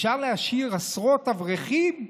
אפשר להשאיר עשרות אברכים?